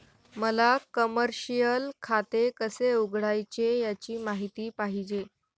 मला कमर्शिअल खाते कसे उघडायचे याची माहिती पाहिजे